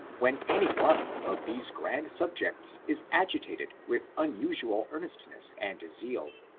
when any one of these grand subjects is agitated with unusual earnestness and zeal.